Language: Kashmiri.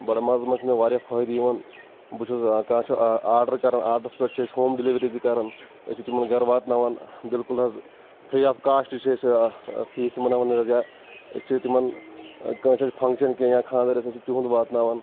بَڑٕ مازَس منٛز چھِ مےٚ واریاہ فٲیِدٕ یِوان بہٕ چھُ کانٛہہ چھُ آرڈَر کران آڈرَس پؠٹھ چھِ ہوم ڈیٚلِؤرِی تہِ کران أسۍ چھِ تِمَن گَرٕ واتناون بِلکُل حظ فِری آف کاسٹ چھِ أسۍ فِری تِمَن سُوزان أسۍ چھِ تِمَن کٲنٛسہِ آسہِ فَنٛگشَن کِینٛہہ یا خانٛدر آسہِ أسۍ چھِ تِہُنٛد واتناوان